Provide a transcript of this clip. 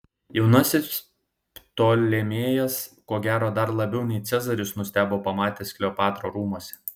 jaunasis ptolemėjas ko gero dar labiau nei cezaris nustebo pamatęs kleopatrą rūmuose